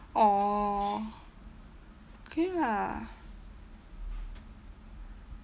orh okay lah